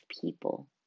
people